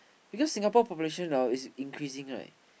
because Singapore population orh is increasing right